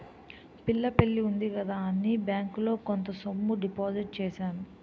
పిల్ల పెళ్లి ఉంది కదా అని బ్యాంకులో కొంత సొమ్ము డిపాజిట్ చేశాను